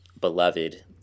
beloved